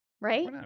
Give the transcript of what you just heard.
Right